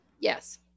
Yes